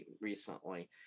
recently